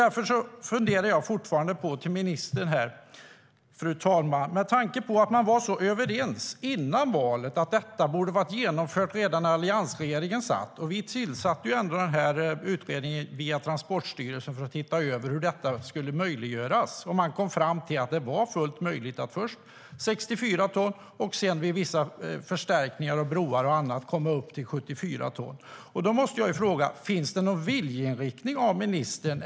Därför funderar jag fortfarande på en sak som jag vill fråga ministern om med tanke på att man var så överens före valet om att detta borde vara ha varit genomfört redan när alliansregeringen satt vid makten. Vi tillsatte utredningen via Transportstyrelsen för att se över hur detta skulle möjliggöras. Man kom fram till att det var fullt möjligt att först ha 64 ton och sedan, vid vissa förstärkningar av broar och annat, komma upp till 74 ton. Jag måste fråga: Finns det någon viljeinriktning från ministern?